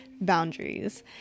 boundaries